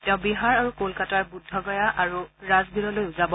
তেওঁ বিহাৰ আৰু কলকাতাৰ বৃদ্ধগয়া আৰু ৰাজগিৰলৈও যাব